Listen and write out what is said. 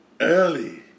early